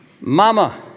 mama